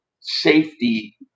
safety